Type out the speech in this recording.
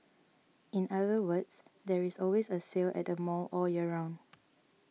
in other words there is always a sale at the mall all year round